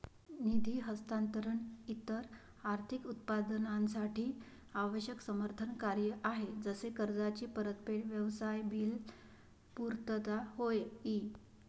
निधी हस्तांतरण इतर आर्थिक उत्पादनांसाठी आवश्यक समर्थन कार्य आहे जसे कर्जाची परतफेड, व्यवसाय बिल पुर्तता होय ई